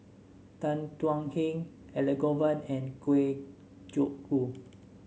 Tan Thuan Heng Elangovan and Kwa Geok Choo